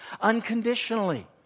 unconditionally